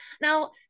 Now